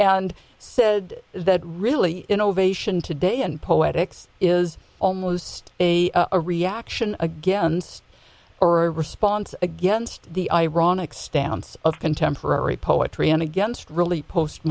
and said that really innovation today and poetic is almost a a reaction against or a response against the ironic stance of contemporary poetry and against really post